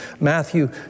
Matthew